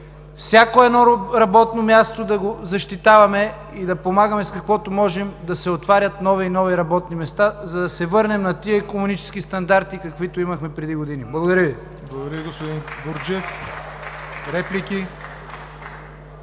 всяко едно работно място да го защитаваме и да помагаме с каквото можем да се отварят нови и нови работни места, за да се върнем на тези икономически стандарти, каквито имахме преди години. Благодаря Ви.